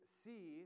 see